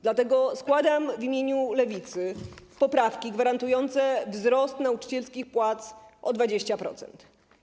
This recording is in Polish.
Dlatego składam w imieniu Lewicy poprawki gwarantujące wzrost nauczycielskich płac o 20%.